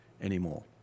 anymore